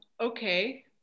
Okay